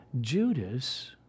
Judas